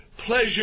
pleasure